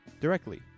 directly